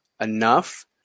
enough